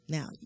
Now